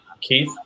Keith